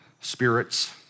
spirits